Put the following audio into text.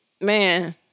Man